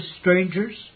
strangers